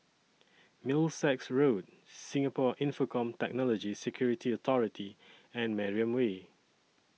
Middlesex Road Singapore Infocomm Technology Security Authority and Mariam Way